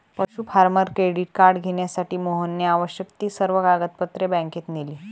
पशु farmer credit card घेण्यासाठी मोहनने आवश्यक ती सर्व कागदपत्रे बँकेत नेली